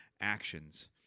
actions